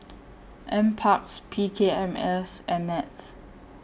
N Parks P K M S and Nets